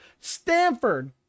stanford